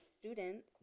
students